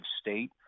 state